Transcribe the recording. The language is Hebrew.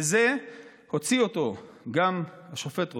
בזה הוציא אותו גם השופט רוזן,